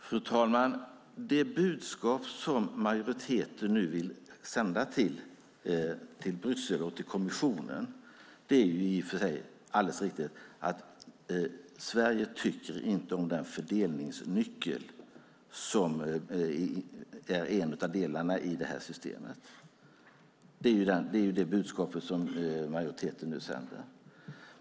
Fru talman! Det budskap som majoriteten nu vill sända till Bryssel och kommissionen är i och för sig alldeles riktigt att Sverige inte tycker om den fördelningsnyckel som är en av delarna i det här systemet. Det är det budskap som majoriteten nu sänder.